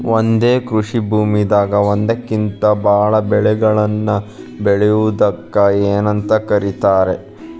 ಒಂದೇ ಕೃಷಿ ಭೂಮಿದಾಗ ಒಂದಕ್ಕಿಂತ ಭಾಳ ಬೆಳೆಗಳನ್ನ ಬೆಳೆಯುವುದಕ್ಕ ಏನಂತ ಕರಿತಾರೇ?